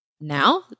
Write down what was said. Now